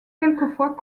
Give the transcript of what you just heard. quelquefois